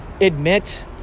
admit